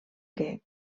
que